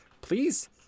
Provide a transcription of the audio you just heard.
please